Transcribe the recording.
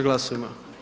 Glasujmo.